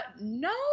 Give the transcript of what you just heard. No